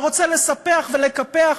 ורוצה לספח ולקפח,